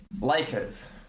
Lakers